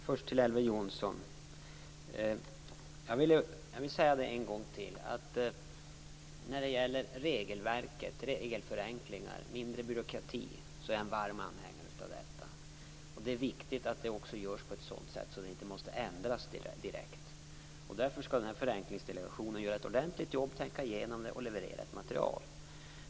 Fru talman! Jag vill först säga till Elver Jonsson att jag är en varm anhängare av regelförenklingar och mindre byråkrati. Det är viktigt att det görs på ett sådant sätt att det inte måste ändras direkt. Därför skall denna förenklingsdelegation göra ett ordentligt jobb, tänka igenom det och leverera ett material.